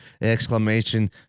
Exclamation